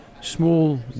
small